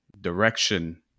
direction